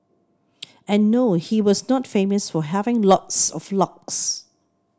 and no he was not famous for having lots of locks